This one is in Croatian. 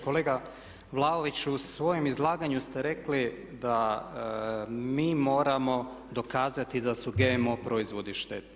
Kolega Vlaoviću u svojem izlaganju ste rekli da mi moramo dokazati da su GMO proizvodi štetni.